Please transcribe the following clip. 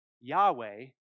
Yahweh